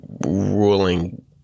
ruling